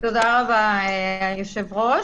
תודה רבה, היושב-ראש.